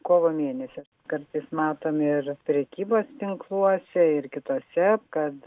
kovo mėnesį kartais matom ir prekybos tinkluose ir kituose kad